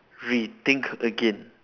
re-think again